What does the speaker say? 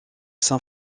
san